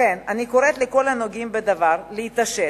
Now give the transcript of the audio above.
לכן אני קוראת לכל הנוגעים בדבר להתעשת.